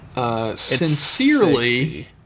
Sincerely